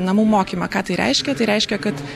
namų mokymą ką tai reiškia tai reiškia kad